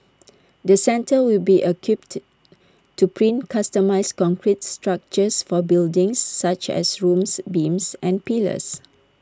the centre will be equipped to print customised concrete structures for buildings such as rooms beams and pillars